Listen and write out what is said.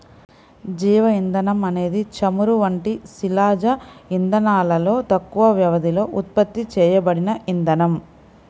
జీవ ఇంధనం అనేది చమురు వంటి శిలాజ ఇంధనాలలో తక్కువ వ్యవధిలో ఉత్పత్తి చేయబడిన ఇంధనం